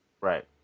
Right